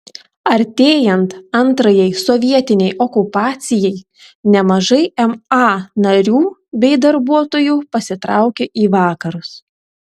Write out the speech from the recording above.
artėjant antrajai sovietinei okupacijai nemažai ma narių bei darbuotojų pasitraukė į vakarus